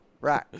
right